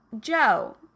Joe